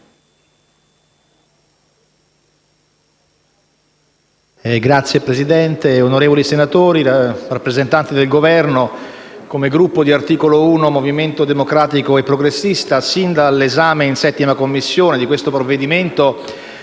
Signor Presidente, onorevoli senatori, rappresentanti del Governo, come Gruppo Articolo 1-Movimento democratico e progressista, sin dall'esame in 7a Commissione di questo provvedimento,